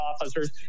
officers